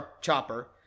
chopper